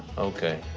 okay.